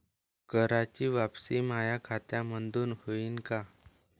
कराच वापसी माया खात्यामंधून होईन का?